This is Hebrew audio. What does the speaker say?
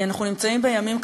אנחנו נמצאים בימים,